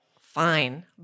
Fine